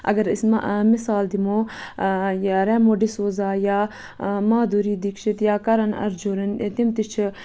اَگر أسۍ مِثال دِمو یہِ ریمو ڈِسوٗزا یا مادوٗری ڈِکشِت یا کرن أرجُن تِم تہِ چھِ